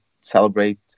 celebrate